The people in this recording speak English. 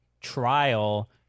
trial